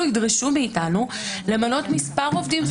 ידרשו מאיתנו למנות מספר עובדים סוציאליים.